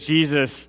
Jesus